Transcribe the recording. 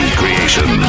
creation